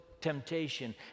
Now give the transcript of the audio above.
temptation